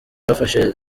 bafashe